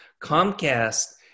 Comcast